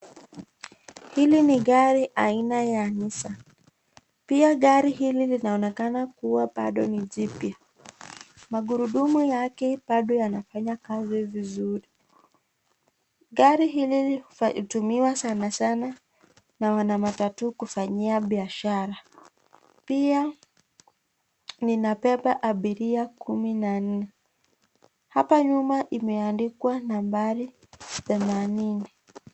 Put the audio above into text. Hili ni gari aina ya Nissan. Pia gari hili linaonekana kuwa bado ni jipya. Magurudumu yake bado yanafanya kazi vizuri. Gari hili utumiwa sana sana na wana matatu kufanyia biashara. Pia inabeba abiria kumi na nne. Hapa nyuma imeandikwa nambari themanini.